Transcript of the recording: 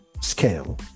scale